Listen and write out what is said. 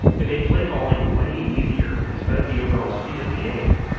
it made play calling way easier and sped up the overall speed of the game.